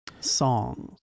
Songs